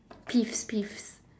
peeves peeves